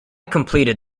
completed